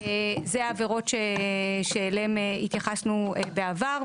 אלה העברות שאליהם התייחסנו בעבר,